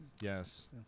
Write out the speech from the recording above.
Yes